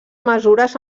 mesures